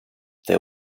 they